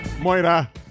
Moira